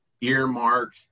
earmark